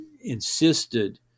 insisted